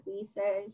research